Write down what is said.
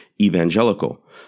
evangelical